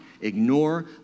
ignore